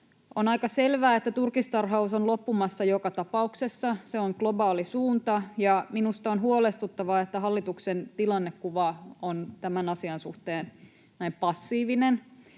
On aika selvää, että turkistarhaus on loppumassa joka tapauksessa. Se on globaali suunta, ja minusta on huolestuttavaa, että hallituksen tilannekuva on tämän asian suhteen näin passiivinen.